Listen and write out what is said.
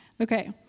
Okay